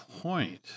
point